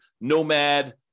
Nomad